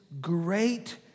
great